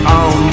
on